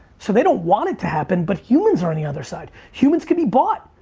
so they don't want it to happen but humans are on the other side. humans can be bought.